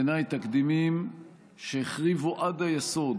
ובעיניי הם תקדימים שהחריבו עד היסוד